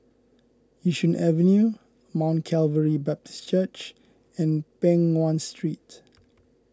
Yishun Avenue Mount Calvary Baptist Church and Peng Nguan Street